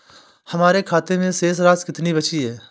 हमारे खाते में शेष राशि कितनी बची है?